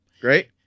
Great